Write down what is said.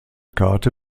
kate